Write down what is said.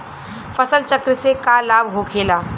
फसल चक्र से का लाभ होखेला?